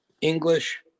English